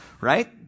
Right